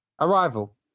Arrival